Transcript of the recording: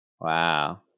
Wow